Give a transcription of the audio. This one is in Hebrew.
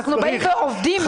אנחנו באים ועובדים.